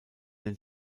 den